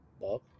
Bob